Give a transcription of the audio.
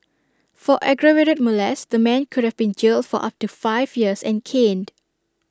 for aggravated molest the man could have been jailed for up to five years and caned